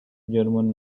german